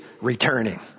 returning